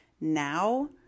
now